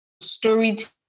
storytelling